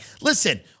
Listen